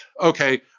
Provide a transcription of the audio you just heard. okay